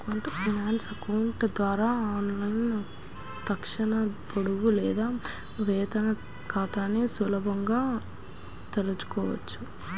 Insta account ద్వారా ఆన్లైన్లో తక్షణ పొదుపు లేదా వేతన ఖాతాని సులభంగా తెరవొచ్చు